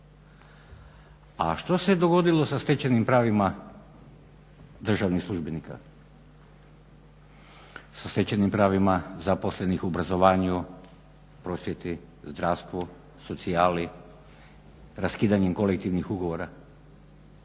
A što se dogodilo sa stečenim pravima državnih službenika? Sa stečenim pravima zaposlenih u obrazovanju, prosvjeti, zdravstvu, socijali raskidanjem kolektivnih ugovora?